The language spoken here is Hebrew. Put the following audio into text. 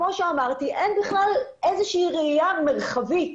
כמו שאמרתי, אין בכלל איזושהי ראיה מרחבית.